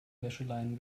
wäscheleinen